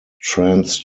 trans